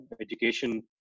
education